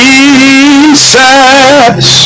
Jesus